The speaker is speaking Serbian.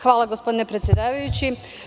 Hvala, gospodine predsedavajući.